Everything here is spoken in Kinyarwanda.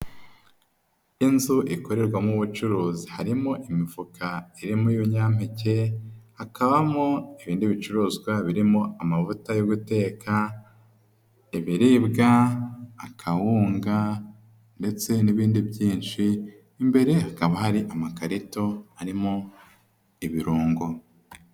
Inzu ikorerwamo ubucuruzi, harimo imifuka irimo ibinyampeke, hakabamo ibindi bicuruzwa birimo amavuta yo guteka, ibiribwa, akawunga ndetse n'ibindi byinshi, imbere hakaba hari amakarito arimo ibirungo.